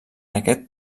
aquest